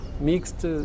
mixed